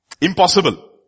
Impossible